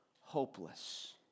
hopeless